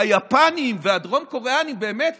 היפנים והדרום-קוריאנים באמת